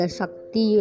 Sakti